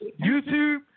YouTube